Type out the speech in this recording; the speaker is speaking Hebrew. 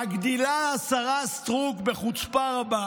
מגדילה לעשות השרה סטרוק בחוצפה רבה